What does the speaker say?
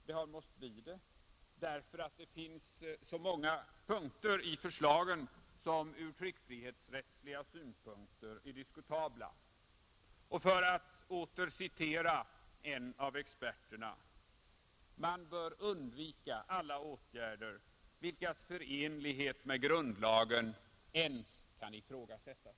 Det har måst bli det därför att det finns så många punkter i förslagen som ur tryckfrihetsrättsliga synpunkter är diskutabla, Och, för att åter citera en av experterna: ”——— man bör undvika alla åtgärder vilkas förenlighet med grundlagen ens kan ifrågasättas.”